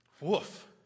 Woof